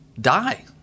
die